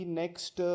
next